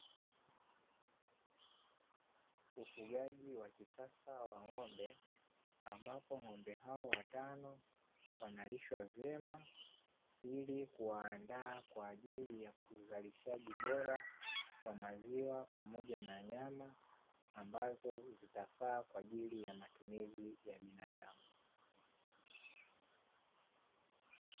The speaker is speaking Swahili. Ufugaji wa kisasa wa ng'ombe, ambapo ng'ombe hao watano wanalishwa vyema, ili kuwaanda kwa ajili ya uzalishaji bora, wa maziwa pamoja na nyama, ambazo zitafaa kwa ajili ya matumizi ya binadamu.